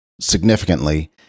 significantly